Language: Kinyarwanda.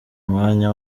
mwanya